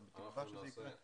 אנחנו מקווים שזה יקרה.